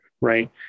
right